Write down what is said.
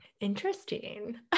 Interesting